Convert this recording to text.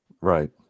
right